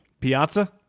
Piazza